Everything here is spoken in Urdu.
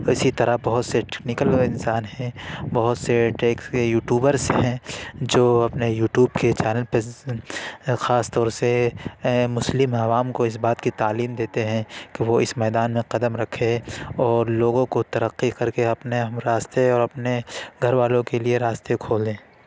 اسی طرح بہت سے ٹیکنیکل وہ انسان ہیں بہت سے یوٹیوبرس ہیں جو اپنے یوٹیوب کے چینل پہ خاص طور سے مسلم عوام کو اس بات کی تعلیم دیتے ہیں کہ وہ اس میدان میں قدم رکھیں اور لوگوں کو ترقی کر کے اپنے ہم راستے اور اپنے گھر والوں کے لیے راستے کھولیں